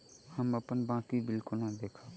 हम अप्पन बाकी बिल कोना देखबै?